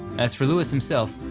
as for lewis himself,